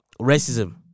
Racism